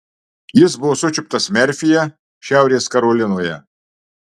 jis buvo sučiuptas merfyje šiaurės karolinoje